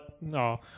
no